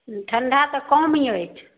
हूँ ठण्डा तऽ कम अछि